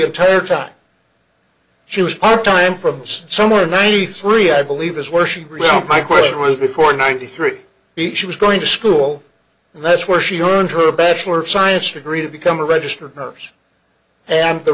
entire time she was part time from somewhere ninety three i believe is where she really took my course it was before ninety three he she was going to school and that's where she earned her a bachelor of science degree to become a registered nurse and the